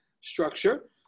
structure